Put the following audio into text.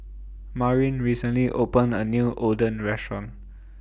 Marin recently opened A New Oden Restaurant